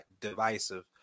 divisive